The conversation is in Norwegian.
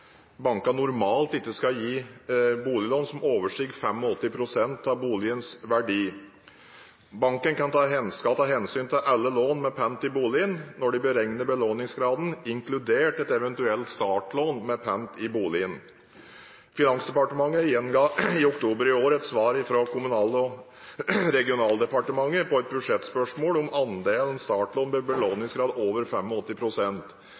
bankene normalt ikke gi boliglån som overstiger 85 pst. av boligens verdi. Bankene skal ta hensyn til alle lån med pant i boligen når de beregner belåningsgraden, inkludert et eventuelt startlån med pant i boligen. Finansdepartementet gjenga i oktober i år et svar fra Kommunal- og regionaldepartementet på et budsjettspørsmål om andelen startlån